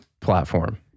platform